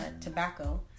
tobacco